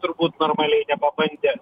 turbūt normaliai nepabandė